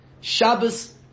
Shabbos